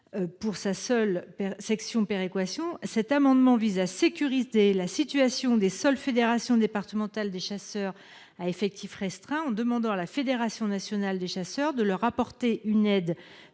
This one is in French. pour sa seule section péréquation, cet amendement vise à sécuriser la situation des seules fédérations départementales des chasseurs à effectifs restreints en demandant à la Fédération nationale des chasseurs de leur apporter une aide